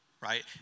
right